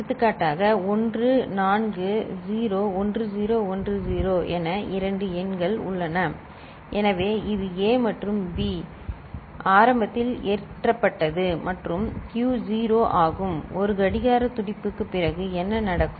எடுத்துக்காட்டாக ஒன்று நான்கு 0 1010 என இரண்டு எண்கள் உள்ளன எனவே இது A மற்றும் இது B ஆரம்பத்தில் ஏற்றப்பட்டது மற்றும் Q 0 ஆகும் 1 கடிகார துடிப்புக்குப் பிறகு என்ன நடக்கும்